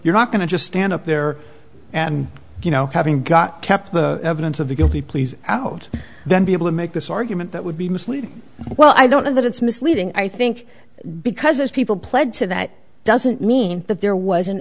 you're not going to just stand up there and you know having got kept the evidence of the guilty pleas out then be able to make this argument that would be misleading well i don't know that it's misleading i think because those people pled to that doesn't mean that there was